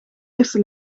eerste